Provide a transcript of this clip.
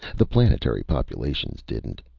the planetary populations didn't.